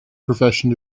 profession